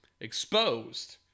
exposed